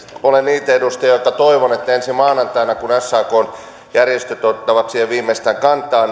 olen niitä edustajia jotka toivovat että ensi maanantaina kun sakn järjestöt ottavat siihen viimeistään kantaa